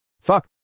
Fuck